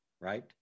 right